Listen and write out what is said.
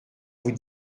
vous